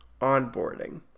onboarding